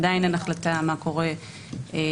עדיין אין החלטה מה קורה בהמשך.